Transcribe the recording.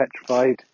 petrified